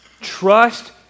Trust